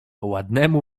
ładnemu